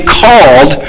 called